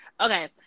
okay